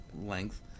length